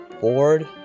bored